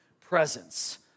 presence